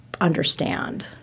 understand